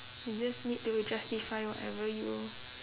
you just need to justify whatever you